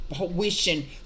wishing